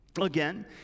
Again